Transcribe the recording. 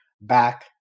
back